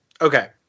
okay